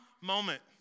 moment